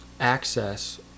access